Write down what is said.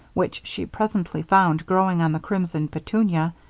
which she presently found growing on the crimson petunia,